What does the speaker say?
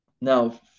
now